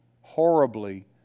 horribly